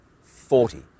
Forty